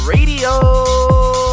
Radio